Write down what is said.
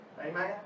Amen